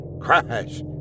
Crash